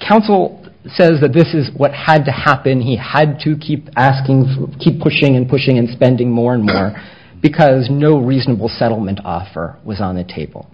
counsel says that this is what had to happen he had to keep asking for keep pushing and pushing and spending more and more because no reasonable settlement offer was on the table